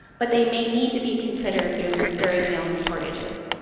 but they may need to be considered during during known shortages.